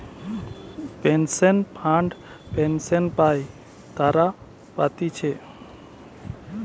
pension fund pension পাই তারা পাতিছে